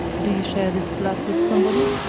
do you share this flat with somebody?